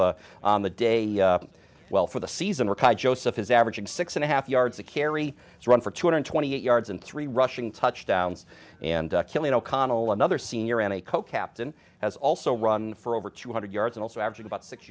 of up the day well for the season were tied joseph has averaged six and a half yards a carry on for two hundred twenty eight yards and three rushing touchdowns and killing o'connell another senior and a coke captain has also run for over two hundred yards and also averaging about six